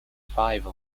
five